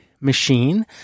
machine